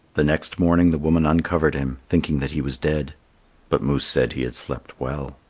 the next morning the woman uncovered him, thinking that he was dead but moose said he had slept well.